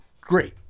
Great